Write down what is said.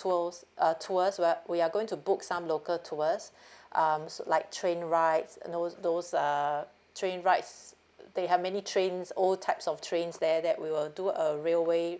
tour uh tours wh~ we are going to book some local tours um s~ like train rides you know those uh train rides they have many trains old types of trains there that we will do a railway